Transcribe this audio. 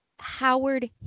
Howard